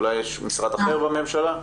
אולי יש משרד אחר בממשלה?